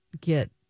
get